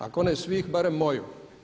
Ako ne svih barem moju.